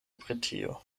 britio